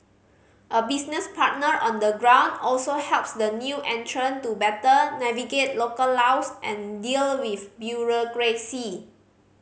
a business partner on the ground also helps the new entrant to better navigate local laws and deal with bureaucracy